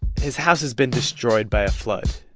his house has been destroyed by a flood